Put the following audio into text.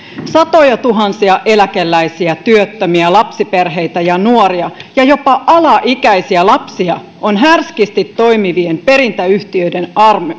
satojatuhansia eläkeläisiä työttömiä lapsiperheitä ja nuoria ja jopa alaikäisiä lapsia on härskisti toimivien perintäyhtiöiden